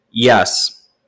Yes